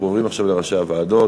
אנחנו עוברים עכשיו לראשי הוועדות,